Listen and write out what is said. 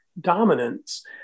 dominance